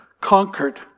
conquered